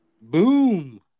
Boom